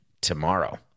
tomorrow